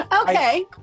okay